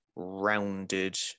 rounded